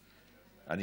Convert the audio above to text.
בבקשה.